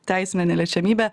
teisinę neliečiamybę